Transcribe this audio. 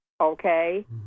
okay